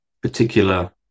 particular